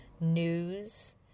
news